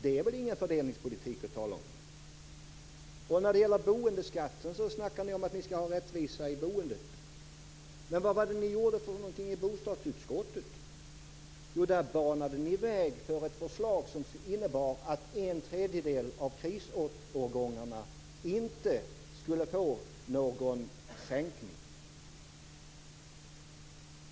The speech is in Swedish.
Det är väl ingen fördelningspolitik att tala om. När det gäller boendeskatten snackar ni om att ni skall ha rättvisa i boendet. Men vad var det ni gjorde i bostadsutskottet? Jo, där banade ni väg för ett förslag som innebar att en tredjedel av krisårgångarna inte skulle få någon sänkning.